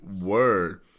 Word